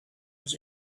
was